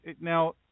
Now